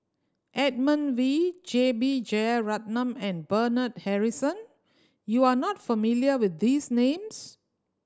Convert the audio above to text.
Edmund Wee J B Jeyaretnam and Bernard Harrison you are not familiar with these names